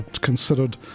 considered